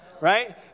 right